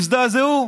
יזדעזעו,